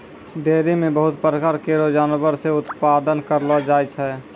dairy म बहुत प्रकार केरो जानवर से उत्पादन करलो जाय छै